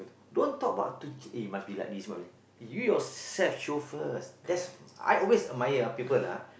don't talk about to change eh must be like this you yourself show first that's I always admire ah people ah